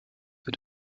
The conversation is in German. für